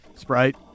Sprite